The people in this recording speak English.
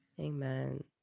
Amen